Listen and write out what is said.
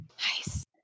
Nice